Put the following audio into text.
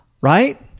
right